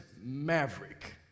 maverick